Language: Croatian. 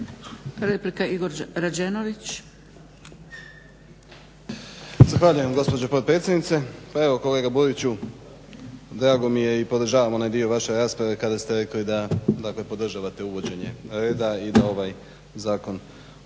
Replika Igor Rađenović.